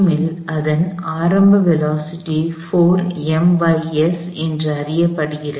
ல் அதன் ஆரம்ப வேலோஸிட்டி என்று அறியப்படுகிறது